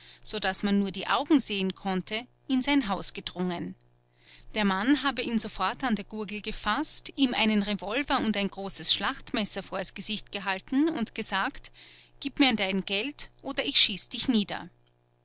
so daß man nur die augen sehen konnte in sein haus gedrungen der mann habe ihn sofort an der gurgel gefaßt ihm einen revolver und ein großes schlachtmesser vors gesicht gehalten und gesagt gib mir dein geld oder ich schieß dich nieder